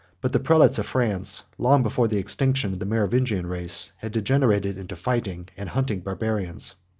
but the prelates of france, long before the extinction of the merovingian race, had degenerated into fighting and hunting barbarians.